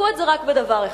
בדקו את זה רק בדבר אחד: